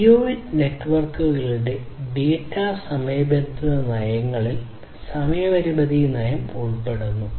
IoT നെറ്റ്വർക്കുകളുടെ data സമയബന്ധിത നയങ്ങളിൽ സമയപരിധി നയം ഉൾപ്പെടുന്നു